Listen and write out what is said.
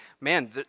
man